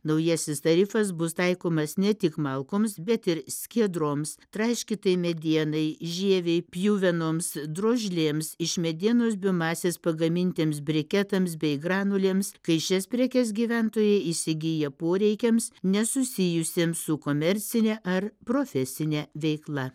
naujasis tarifas bus taikomas ne tik malkoms bet ir skiedroms traiškytai medienai žievei pjuvenoms drožlėms iš medienos biomasės pagamintiems briketams bei granulėms kai šias prekes gyventojai įsigyja poreikiams nesusijusiems su komercine ar profesine veikla